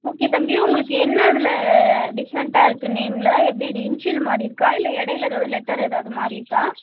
okay தம்பி உங்களுக்கு என்ன அதில் டிஃப்ரெண்ட்டாக இருக்குது நேமில் எப்படி இது இன்ஷியல் மாறி இருக்கா இல்லை இடையில எதாவது லெட்டர் எதாவது மாறி இருக்கா